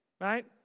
right